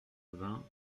vingt